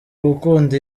gukunda